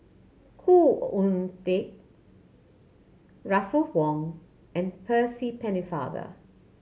Khoo Oon Teik Russel Wong and Percy Pennefather